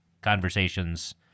conversations